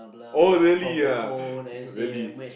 oh really ah really